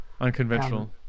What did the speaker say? Unconventional